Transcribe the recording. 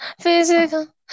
physical